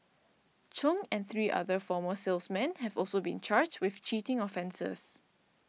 Chung and three other former salesmen have also been charged with cheating offences